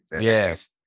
Yes